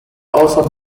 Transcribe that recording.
also